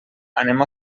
anem